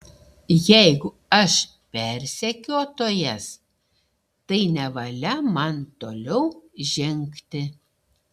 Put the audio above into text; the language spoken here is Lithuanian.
jeigu aš persekiotojas tai nevalia man toliau žengti